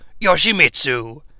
Yoshimitsu